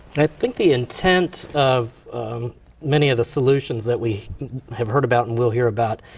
i think the intent of many of the solutions that we have heard about and will hear about,